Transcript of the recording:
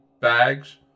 bags